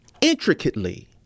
intricately